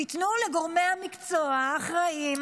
תיתנו לגורמי המקצוע האחראים,